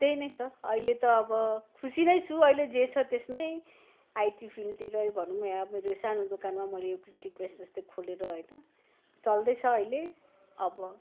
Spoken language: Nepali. त्यही नै छ अहिले त अब खुसी नै छु अहिले जे छ त्यसमै आइटी फिल्डतिरै भनौँ या मेरो यो सानो दोकानमा मैले यो प्रिन्टिङ प्रेस जस्तै खोलेर होइन चल्दैछ अहिले अब